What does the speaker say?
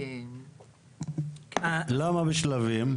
למה בשלבים?